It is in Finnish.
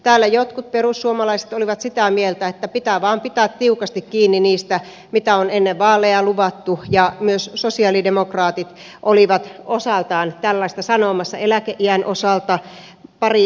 täällä jotkut perussuomalaiset olivat sitä mieltä että pitää vain pitää tiukasti kiinni niistä mitä on ennen vaaleja luvattu ja myös sosialidemokraatit olivat osaltaan tällaista sanomassa eläkeiän osalta pari erimerkkiä